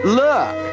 look